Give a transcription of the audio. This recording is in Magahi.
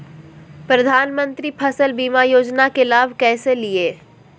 प्रधानमंत्री फसल बीमा योजना के लाभ कैसे लिये?